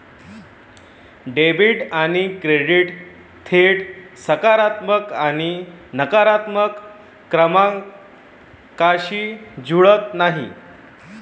debit आणि credit थेट सकारात्मक आणि नकारात्मक क्रमांकांशी जुळत नाहीत